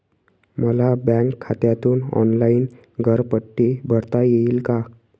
मला बँक खात्यातून ऑनलाइन घरपट्टी भरता येईल का?